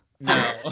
No